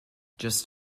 just